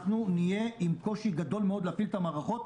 נהיה עם קושי גדול מאוד להפעיל את המערכות.